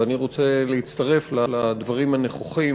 ואני רוצה להצטרף לדברים הנכוחים